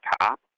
top